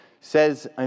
says